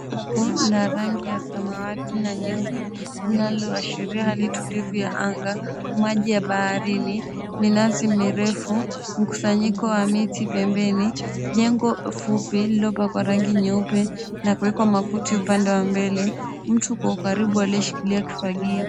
...La rangi ya samawati na nyeupe unaloashiria hali tulivu ya anga, maji ya baharini, minazi mirefu mkusanyiko wa miti pembeni, jengo fupi lililopakwa rangi nyeupe na kuwekwa makuti upande wa mbele, mtu huko karibu aliyeshikilia ufagio.